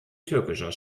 türkischer